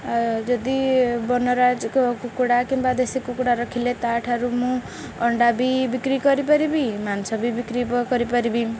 ଆଉ ଯଦି ବନରାଜ କୁକୁଡ଼ା କିମ୍ବା ଦେଶୀ କୁକୁଡ଼ା ରଖିଲେ ତାଠାରୁ ମୁଁ ଅଣ୍ଡା ବି ବିକ୍ରି କରିପାରିବି ମାଂସ ବି ବିକ୍ରି କରିପାରିବି